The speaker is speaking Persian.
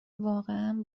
واقعا